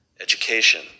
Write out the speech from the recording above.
education